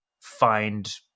find